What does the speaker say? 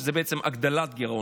שזה למעשה הגדלת גירעון,